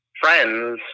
friends